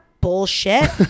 bullshit